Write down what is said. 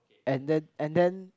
and then and then